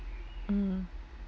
mm